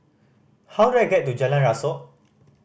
how do I get to Jalan Rasok